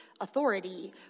authority